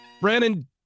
Brandon